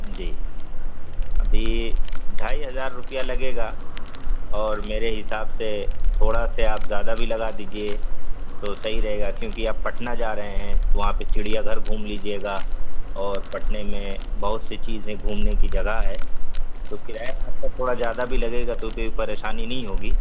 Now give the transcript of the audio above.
جی ابھی ڈھائی ہزار روپیہ لگے گا اور میرے حساب سے تھوڑا سے آپ زیادہ بھی لگا دیجیے تو صحیح رہے گا کیوںکہ آپ پٹنہ جا رہے ہیں تو وہاں پہ چڑیا گھر گھوم لیجیے گا اور پٹنہ میں بہت سی چیز ہیں گھومنے کی جگہ ہے تو کرایہ آپ کا تھوڑا زیادہ بھی لگے گا تو کوئی پریشانی نہیں ہوگی